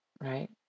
right